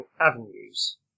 avenues